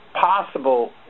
possible